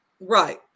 Right